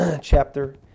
chapter